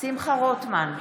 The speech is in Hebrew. שמחה רוטמן,